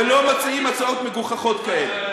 ולא מציעים הצעות מגוחכות כאלה.